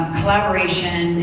collaboration